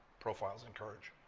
profiles in courage,